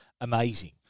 amazing